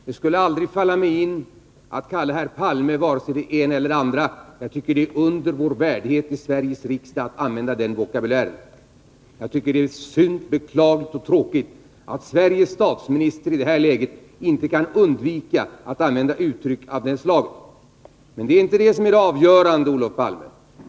Herr talman! Det skulle aldrig falla mig in att kalla herr Palme vare sig det ena eller det andra. Jag tycker det är under vår värdighet i Sveriges riksdag att använda den vokabulären. Jag tycker det är synd, beklagligt och tråkigt att Sveriges statsminister i det här läget inte kan undvika att använda uttryck av det slaget. Men det är inte detta som är det avgörande, Olof Palme.